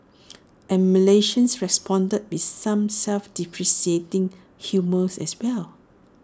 and Malaysians responded with some self deprecating humours as well